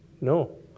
No